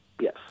Yes